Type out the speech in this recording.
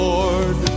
Lord